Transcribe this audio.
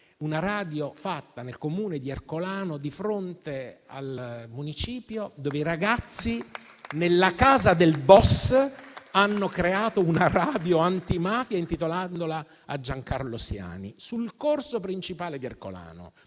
una radio fatta nel Comune di Ercolano di fronte al municipio dove i ragazzi nella casa del *boss* hanno creato una radio antimafia intitolandola a Giancarlo Siani, sul corso principale di Ercolano.